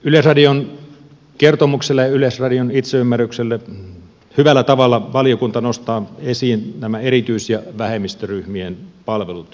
yleisradion kertomukselle ja yleisradion itseymmärrykselle hyvällä tavalla valiokunta nostaa esiin nämä erityis ja vähemmistöryhmien palvelut